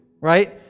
right